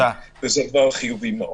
וזה דבר חיובי מאוד.